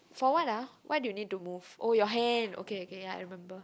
for what ah what you need to move oh your hand okay okay ya I remember